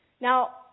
Now